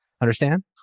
understand